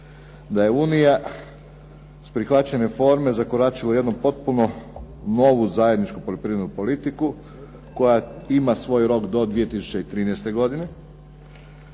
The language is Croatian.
Da je Unija s prihvaćanje reforme zakoračila u jednu potpuno novu zajedničku poljoprivrednu politiku koja ima svoj rok do 2013. godine,